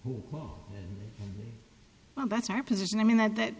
who well that's our position i mean that that